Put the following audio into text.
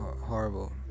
horrible